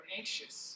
anxious